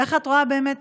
איך את רואה באמת